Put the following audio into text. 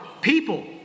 people